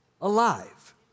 alive